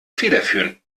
federführend